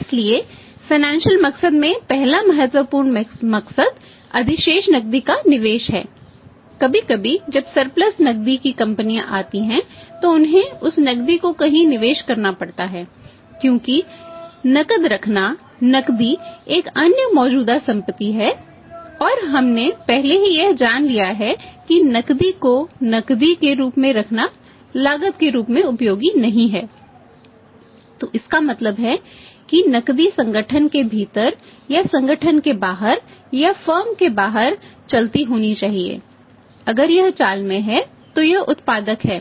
इसलिए फ़ाइनेंशियल के बाहर चलती होनी चाहिए अगर यह चाल में है तो यह उत्पादक है